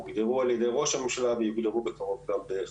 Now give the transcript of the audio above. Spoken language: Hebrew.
על ידי ראש הממשלה וילוו בקרוב גם בחקיקה.